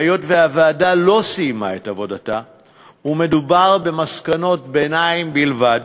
היות שהוועדה לא סיימה את עבודתה ומדובר במסקנות ביניים בלבד,